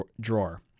drawer